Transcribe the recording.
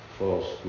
false